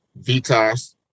Vitas